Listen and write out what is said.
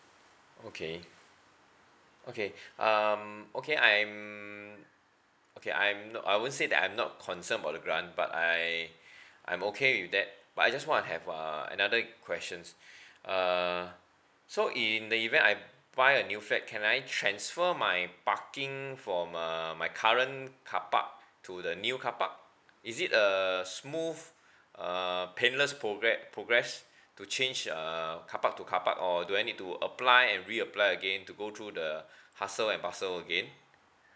okay okay um okay I'm okay I'm no~ I won't say that I'm not concern about the grant but I I'm okay with that but I just want to have uh another question uh so in the event I buy a new flat can I transfer my parking from uh my current carpark to the new carpark is it a smooth uh painless progre~ progress to change uh carpark to carpark or do I need to apply and reapply again to go through the hustle and bustle again